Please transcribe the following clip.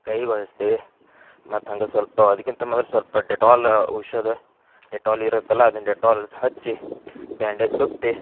ಕೈಗೂ ಹಚ್ತೇವೆ ಮತ್ತು ಹಂಗೆ ಸ್ವಲ್ಪ ಅದಕ್ಕಿಂತ ಮೊದಲು ಸ್ವಲ್ಪ ಡೆಟಾಲ್ ಔಷಧ ಡೆಟಾಲ್ ಇರುತ್ತಲ್ಲ ಅದನ್ನು ಡೆಟಾಲ್ ಹಚ್ಚಿ ಬ್ಯಾಂಡೇಜ್ ಸುತ್ತಿ